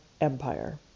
empire